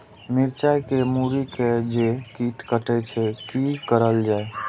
मिरचाय के मुरी के जे कीट कटे छे की करल जाय?